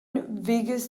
vigus